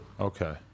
Okay